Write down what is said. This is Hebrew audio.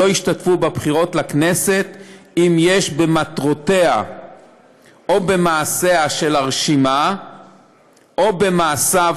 לא ישתתפו בבחירות לכנסת אם יש במטרותיה או במעשיה של הרשימה או במעשיו